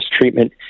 treatment